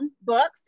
Books